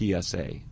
PSA